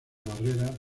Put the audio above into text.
barrera